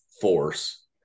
force